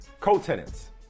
co-tenants